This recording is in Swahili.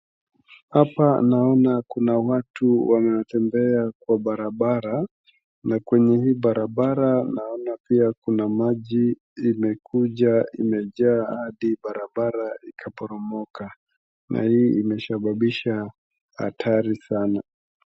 Hapa naona kuna watu wametembea kwa barabara, na kwenye hii barabara naona pia kuna maji imekuja imejaa hadi barabara ikaporomoka, na hii imesababisha hatari sana.